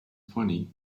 funny